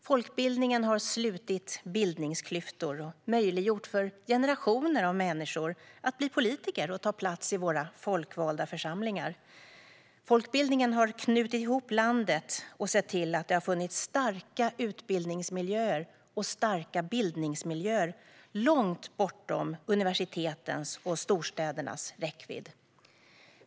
Folkbildningen har slutit bildningsklyftor och möjliggjort för generationer av människor att bli politiker och ta plats i våra folkvalda församlingar. Folkbildningen har knutit ihop landet och sett till att det har funnits starka utbildningsmiljöer och starka bildningsmiljöer långt bortom universitetens och storstädernas räckvidd.